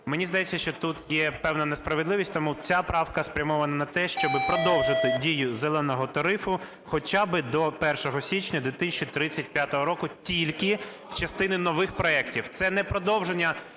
Мені здається, що тут є певна несправедливість, тому ця правка спрямована на те, щоб продовжити дію "зеленого" тарифу хоча би до 1 січня 2035 року тільки в частині нових проектів. Це не продовження